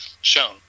shown